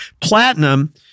Platinum